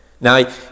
Now